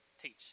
teach